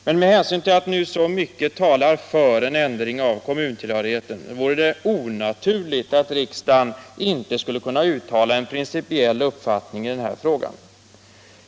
Men med hänsyn till att nu så mycket talar för en ändring av kommuntillhörigheten vore det onaturligt att riksdagen inte skulle kunna uttala en uppfattning i frågan.